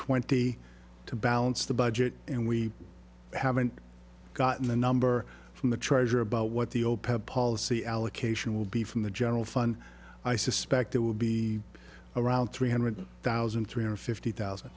twenty to balance the budget and we haven't gotten a number from the treasury about what the opec policy allocation will be from the general fund i suspect there will be around three hundred thousand three hundred fifty thousand